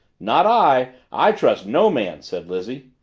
not i. i trust no man, said lizzie.